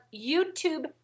YouTube